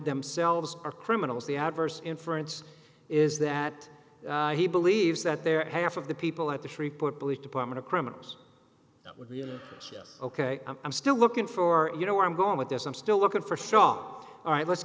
themselves are criminals the adverse inference is that he believes that there are half of the people at the shreveport police department of criminals ok i'm still looking for you know where i'm going with this i'm still looking for saw all right let's